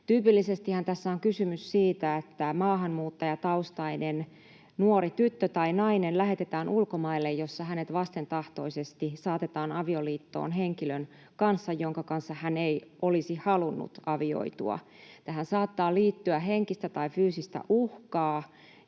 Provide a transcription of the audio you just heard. Tyypillisestihän tässä on kysymys siitä, että maahanmuuttajataustainen nuori tyttö tai nainen lähetetään ulkomaille, missä hänet vastentahtoisesti saatetaan avioliittoon henkilön kanssa, jonka kanssa hän ei olisi halunnut avioitua. Tähän saattaa liittyä henkistä tai fyysistä uhkaa,